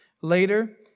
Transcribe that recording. Later